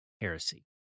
heresy